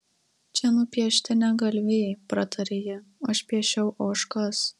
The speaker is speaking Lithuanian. čia nupiešti ne galvijai pratarė ji aš piešiau ožkas